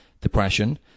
depression –